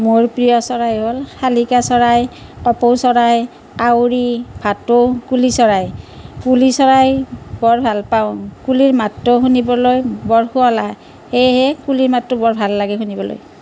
মোৰ প্ৰিয় চৰাই হ'ল শালিকা চৰাই কপৌ চৰাই কাউৰী ভাটৌ কুলি চৰাই কুলি চৰাই বৰ ভাল পাওঁ কুলিৰ মাতটো শুনিবলৈ বৰ শুৱলা সেয়েহে কুলিৰ মাতটো বৰ ভাল লাগে শুনিবলৈ